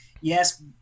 yes